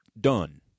done